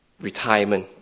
retirement